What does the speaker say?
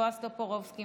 בועז טופורובסקי,